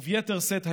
וביתר שאת היום,